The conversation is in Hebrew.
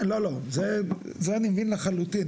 זה אני מבין לחלוטין,